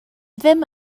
ddim